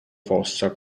fossa